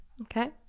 Okay